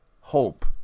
hope